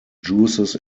juices